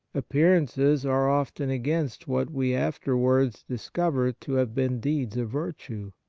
appearances are often against what we afterwards discover to have been deeds of virtue.